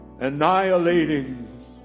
annihilating